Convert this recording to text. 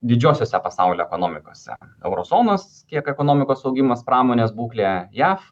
didžiosiose pasaulio ekonomikose euro zonos tiek ekonomikos augimas pramonės būklę jav